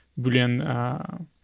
Boolean